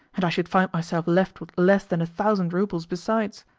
and i should find myself left with less than a thousand roubles besides.